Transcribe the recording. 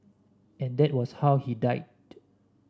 and that was how he died